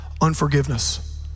unforgiveness